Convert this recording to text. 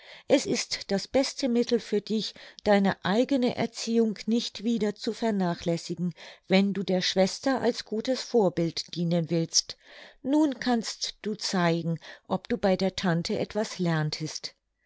es ist das beste mittel für dich deine eigene erziehung nicht wieder zu vernachlässigen wenn du der schwester als gutes vorbild dienen willst nun kannst du zeigen ob du bei der tante etwas lerntest